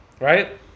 right